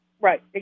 Right